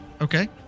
Okay